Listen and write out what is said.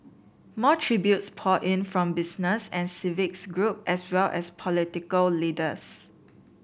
more tributes poured in from business and civic groups as well as political leaders